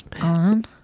on